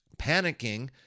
panicking